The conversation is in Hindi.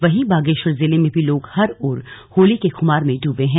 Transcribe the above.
वहीं बागेश्वर जिले में भी लो ग हर ओर होली के खुमार में डूबे हैं